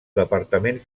departament